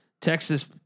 Texas